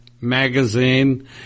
magazine